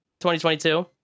2022